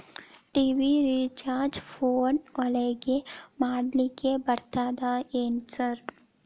TV recharge phone ಒಳಗ ಮಾಡ್ಲಿಕ್ ಬರ್ತಾದ ಏನ್ ಇಲ್ಲ?